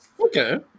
Okay